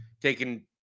taking